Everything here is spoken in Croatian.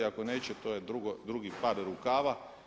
Ako neće to je drugi par rukava.